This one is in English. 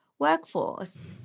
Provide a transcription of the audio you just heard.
workforce